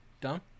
done